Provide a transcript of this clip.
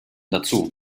dazu